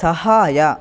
ಸಹಾಯ